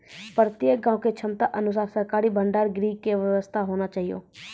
प्रत्येक गाँव के क्षमता अनुसार सरकारी भंडार गृह के व्यवस्था होना चाहिए?